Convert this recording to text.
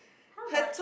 how about